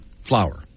flour